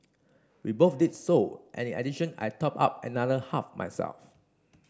we both did so and in addition I topped up another half myself